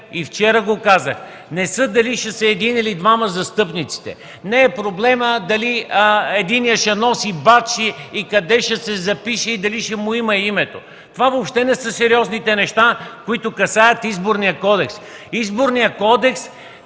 и вчера, не е дали ще са един или двама застъпниците, не е проблемът дали единият ще носи бадж, къде ще се запише и дали ще му има името. Това въобще не са сериозните неща, които касаят Изборния кодекс. Изборният кодекс